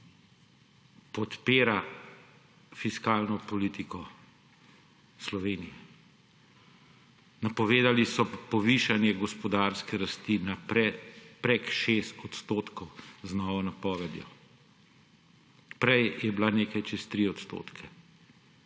podpira fiskalno politiko Slovenije. Napovedali so povišanje gospodarske rasti na prek 6 odstotkov z novo napovedjo. Prej je bila nekaj čez 3 odstotke